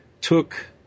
took